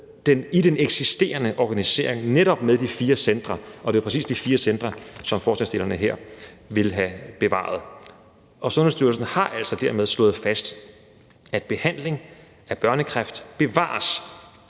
i den eksisterende organisering med netop de fire centre. Og det er præcis de fire centre, som forslagsstillerne her vil have bevaret. Sundhedsstyrelsen har altså dermed slået fast, at behandling af børnekræft bevares